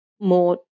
more